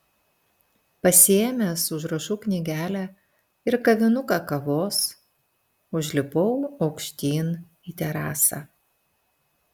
pasiėmęs užrašų knygelę ir kavinuką kavos užlipau aukštyn į terasą